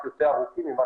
הם רק יותר ארוכים ממה